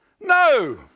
No